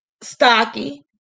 stocky